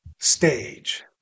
stage